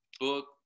book